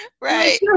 Right